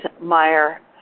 Meyer